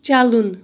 چلُن